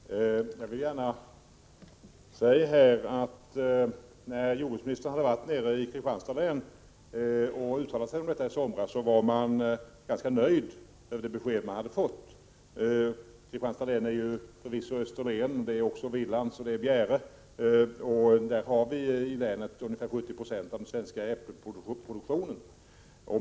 Herr talman! Jag vill gärna säga, att när jordbruksministern varit nere i Kristianstads län och gjort sina uttalanden i somras, var man ganska nöjd över det besked man hade fått. I Kristianstads län ligger förvisso också Österlen, Vilan och Bjäre. I länet har vi ungefär 70 96 av den svenska äppelproduktionen.